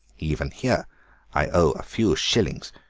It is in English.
even here i owe a few schillings.